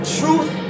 truth